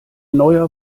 neuer